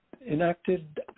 enacted